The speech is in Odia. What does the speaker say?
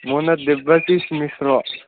ମୋ ନାଁ ଦେବାଶିଷ ମିଶ୍ର